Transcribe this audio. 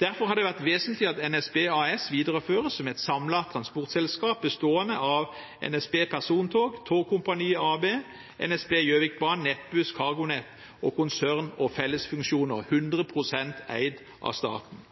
Derfor har det vært vesentlig at NSB AS videreføres som et samlet transportselskap bestående av NSB persontog, Tågkompaniet AB, NSB Gjøvikbanen, Nettbuss, CargoNet og konsern- og fellesfunksjoner, 100 pst. eid av staten.